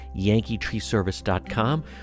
yankeetreeservice.com